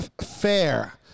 Fair